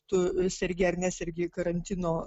tu sergi ar nesergi karantino